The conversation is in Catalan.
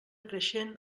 creixent